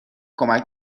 کمک